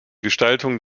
gestaltung